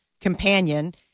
companion